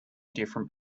different